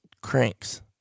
cranks